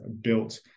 built